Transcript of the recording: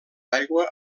aigua